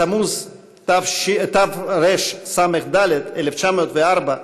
בתמוז תרס"ד, 1904,